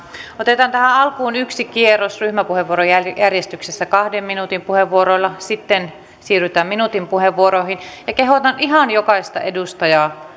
otetaan tähän alkuun yksi kierros ryhmäpuheenvuorojärjestyksessä kahden minuutin puheenvuoroilla sitten siirrytään minuutin puheenvuoroihin kehotan ihan jokaista edustajaa